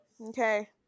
Okay